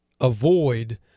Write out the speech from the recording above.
avoid